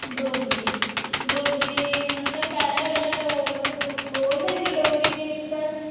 डोगरी डोगरी मतलब कि पैह्लें पैह्लें लोग बोलदे हे डोगरी पर